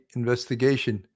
investigation